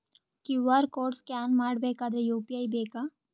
QR code scan ಮಾಡಬೇಕಾದರೆ UPI ಬೇಕಾ?